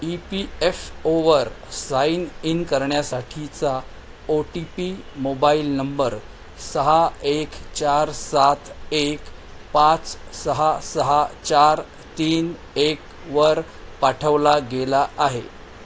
E P F ओवर sign in करण्यासाठीचा O T P mobile number सहा एक चार सात एक पाच सहा सहा चार तीन एकवर पाठवला गेला आहे